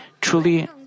truly